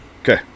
Okay